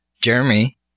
Jeremy